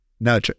No